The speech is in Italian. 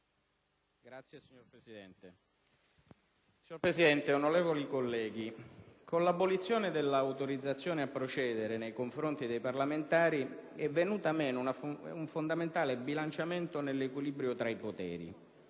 *(UDC-SVP-Aut)*. Signor Presidente, onorevoli colleghi, con l'abolizione dell'autorizzazione a procedere nei confronti dei parlamentari è venuto meno un fondamentale bilanciamento nell'equilibrio tra i poteri,